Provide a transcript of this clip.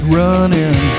running